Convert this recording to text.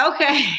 Okay